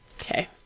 Okay